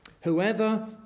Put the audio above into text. Whoever